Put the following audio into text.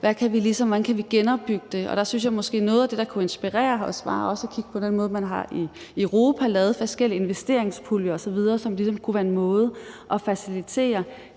hvordan kan vi genopbygge det? Og der synes jeg måske, at noget af det, der kunne inspirere, også var at kigge på den måde, man har lavet det på i Europa, hvor man har lavet forskellige investeringspuljer osv., som kunne være en måde at facilitere